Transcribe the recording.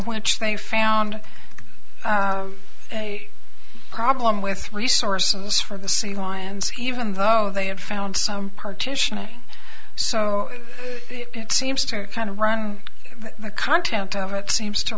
which they found a problem with resources for the sea lions even though they had found some partitioning so it seems to kind of run the content of it seems to